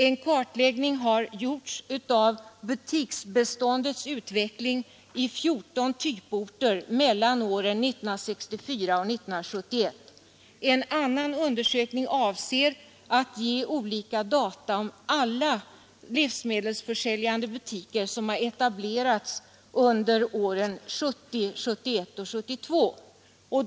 En kartläggning har gjorts av butiksbeståndets utveckling i 14 typorter mellan åren 1964 och 1971. En annan undersökning avser att ge olika data om samtliga livsmedelsförsäljande butiker som etablerats åren 1970—1972.